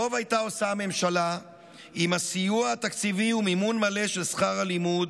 טוב הייתה עושה הממשלה אם הסיוע התקציבי ומימון מלא של שכר הלימוד